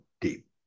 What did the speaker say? deep